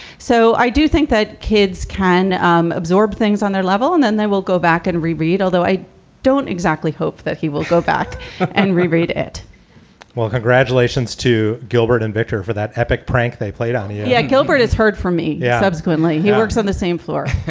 so i do think that kids can um absorb things on their level and then they will go back and reread, although i don't exactly hope that he will go back and reread it well, congratulations to gilbert and victor for that epic prank they played on you yeah. yeah gilbert has heard from me subsequently. he works on the same floor